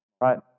right